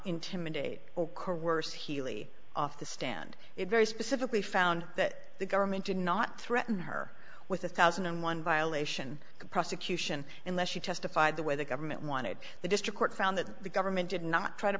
coerce healy off the stand it very specifically found that the government did not threaten her with a thousand and one violation of prosecution unless she testified the way the government wanted the district court found that the government did not try to